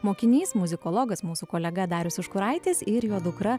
mokinys muzikologas mūsų kolega darius užkuraitis ir jo dukra